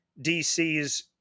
DC's